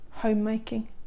homemaking